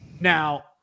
Now